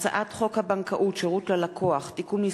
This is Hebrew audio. הצעת חוק הבנקאות (שירות ללקוח) (תיקון מס'